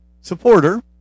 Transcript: supporter